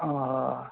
ওওঃ